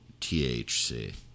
THC